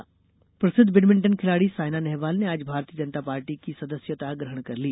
सायना भाजपा प्रसिद्ध बेडमिण्टन खिलाड़ी सायना नेहवाल ने आज भारतीय जनता पार्टी की सदस्यता ग्रहण कर ली